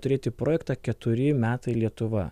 turėti projektą keturi metai lietuva